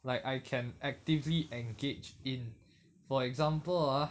like I can actively engaged in for example ah